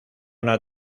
una